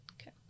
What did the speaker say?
Okay